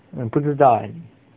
我不知道 eh